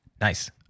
Nice